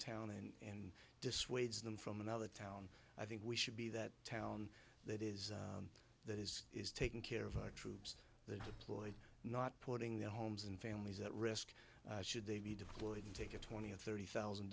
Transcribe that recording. town and dissuades them from another town i think we should be that town that is that is taking care of our troops not putting their homes and families at risk should they be deployed to take a twenty or thirty thousand